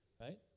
Right